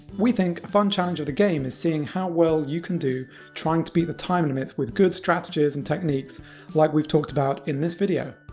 we think a fun challenge of the game is seeing how well you can do trying to beat the time limits with good strategies and techniques like we've talked about in this video.